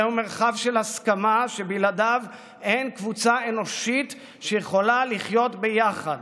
זהו מרחב של הסכמה שבלעדיו אין קבוצה אנושית שיכולה לחיות ביחד.